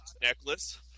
necklace